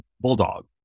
bulldog